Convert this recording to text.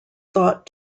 thought